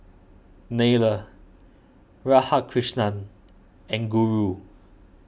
Neila Radhakrishnan and Guru